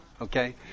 Okay